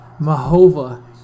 Mahova